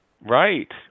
Right